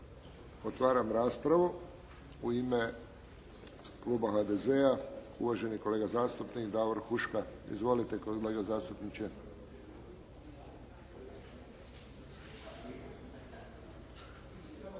Otvaram raspravu u ime kluba HDZ-a, uvaženi kolega zastupnik Davor Huška. Izvolite kolega zastupniče.